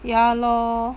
ya lor